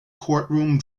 courtroom